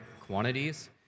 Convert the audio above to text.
quantities